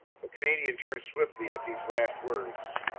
the canadian turned swiftly at these last words.